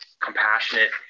compassionate